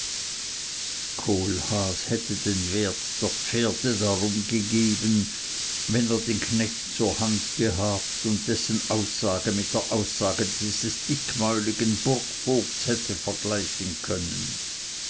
kohlhaas hätte den wert der pferde darum gegeben wenn er den knecht zur hand gehabt und dessen aussage mit der aussage dieses dickmäuligen burgvogts hätte vergleichen können